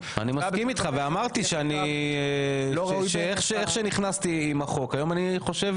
ואמרתי שאייך שנכנסתי עם החוק היום אני חושב